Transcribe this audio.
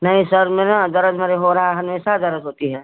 नहीं सिर में ना दर्द हमारे हो रहा है हमेशा दर्द होती है